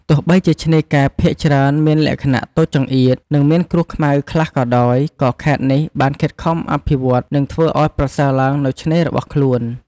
ទោះបីជាឆ្នេរកែបភាគច្រើនមានលក្ខណៈតូចចង្អៀត និងមានគ្រួសខ្មៅខ្លះក៏ដោយ ក៏ខេត្តនេះបានខិតខំអភិវឌ្ឍ និងធ្វើឱ្យប្រសើរឡើងនូវឆ្នេររបស់ខ្លួន។